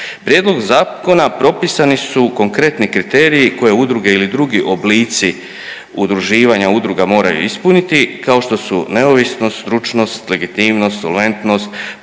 Prijedlogom zakona propisani su konkretni kriteriji koje udruge ili drugi oblici udruživanja udruga moraju ispuniti kao što su neovisnost, stručnost, legitimnost, solventnost